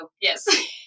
yes